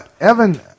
evan